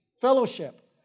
Fellowship